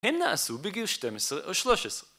הם נעשו בגיל 12 או 13